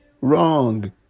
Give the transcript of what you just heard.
wrong